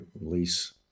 release